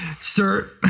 sir